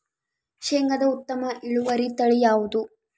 ಶೇಂಗಾದ ಉತ್ತಮ ಇಳುವರಿ ತಳಿ ಯಾವುದು?